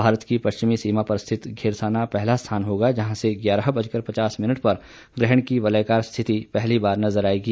भारत की पश्चिमी सीमा पर स्थित घेरसाना पहला स्थान होगा जहां से ग्यारह बजकर पचास मिनट पर ग्रहण की वलयाकार स्थिति पहली बार नजर आएगी